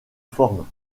forment